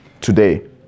today